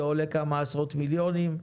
זה עולה כמה עשרות מיליוני שקלים,